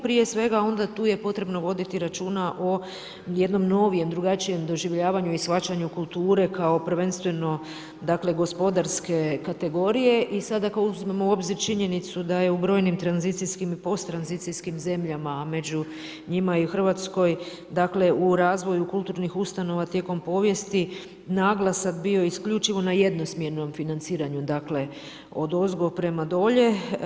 Prije svega, onda je tu potrebno voditi računa o jednom novijem, drugačijem doživljavanju i shvaćanju kulture kao prvenstveno gospodarske kategorije i sada ako uzmemo u obzir činjenicu da je u brojnim tranzicijskim i posttranzicijskim zemljama, a među njima i u Hrvatskoj, dakle, u razvoju kulturnih ustanova tijekom povijesti naglasak bio isključivo na jednosmjernom financiranju, dakle, odozgo prema dolje.